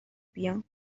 بیام